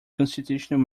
constitutional